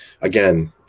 again